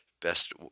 best